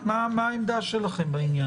שזה רק אם זה בא להוסיף ולא לגרוע.